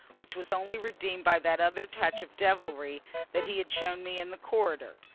which was only redeemed by that other touch of devilry that he had shown me in the corridor.